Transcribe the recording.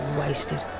wasted